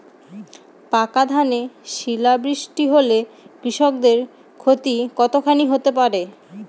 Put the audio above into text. পাকা ধানে শিলা বৃষ্টি হলে কৃষকের ক্ষতি কতখানি হতে পারে?